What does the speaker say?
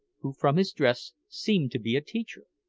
who from his dress seemed to be a teacher.